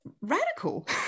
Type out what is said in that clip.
radical